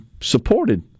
supported